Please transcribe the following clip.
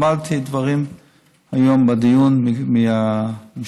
למדתי דברים היום בדיון מהמשתתפים,